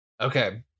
Okay